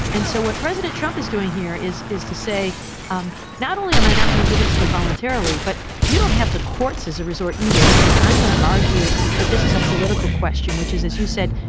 and so what president trump is doing here is is to say um not only am i not going to give it to you voluntarily, but you don't have the courts as a resource either. because i'm going to argue that this is a political question, which is, as you said,